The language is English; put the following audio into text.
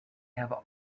have